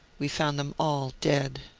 we found them all dead.